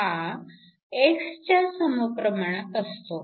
हा x च्या समप्रमाणात असतो